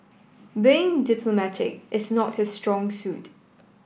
being diplomatic is not his strong suit